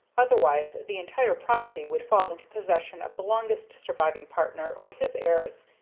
otherwise the entire property would fall into possession of the longest-surviving partner or his heirs.